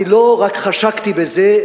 אני לא רק חשקתי בזה,